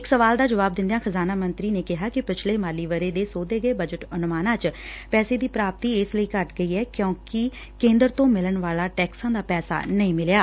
ਇਕ ਸਵਾਲ ਦਾ ਜਵਾਬ ਦਿੰਦਿਆਂ ਖ਼ਜ਼ਾਨਾ ਨੇ ਕਿਹਾ ਕਿ ਪਿਛਲੇ ਮਾਲੀ ਵਰੇ ਦੇ ਸੋਧੇ ਗਏ ਬਜਟ ਅਨੁਮਾਨਾਂ ਚ ਪੈਸੇ ਦੀ ਪ੍ਾਪਤੀ ਇਸ ਲਈ ਘੱਟ ਗਈ ਐ ਕਿਉਂਕਿ ਕੇਂਦਰ ਤੋਂ ਮਿਲਣ ਵਾਲਾ ਟੈਕਸਾਂ ਦਾ ਪੈਸਾ ਨਹੀਂ ਮਿਲਿਆ